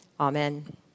Amen